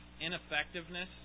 ineffectiveness